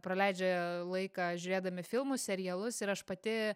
praleidžia laiką žiūrėdami filmus serialus ir aš pati